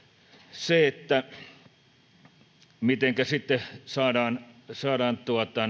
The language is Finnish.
mitenkä sitten saadaan saadaan